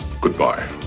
Goodbye